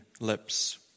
lips